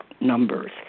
numbers